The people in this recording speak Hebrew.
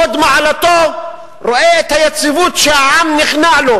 הוד מעלתו רואה את היציבות כשהעם נכנע לו,